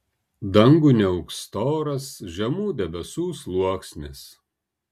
dangų niauks storas žemų debesų sluoksnis